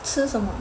吃什么